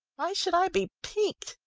why should i be piqued?